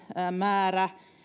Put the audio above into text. määrä